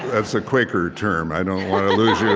that's a quaker term. i don't want to lose you in